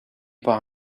par